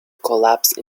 collapse